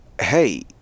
hey